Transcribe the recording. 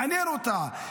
מעניין אותה,